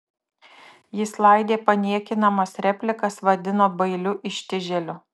jis laidė paniekinamas replikas vadino bailiu ištižėliu